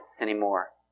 anymore